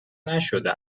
نشده